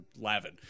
Lavin